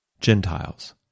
Gentiles